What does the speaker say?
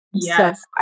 Yes